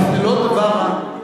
אתה מדבר ברצינות עכשיו?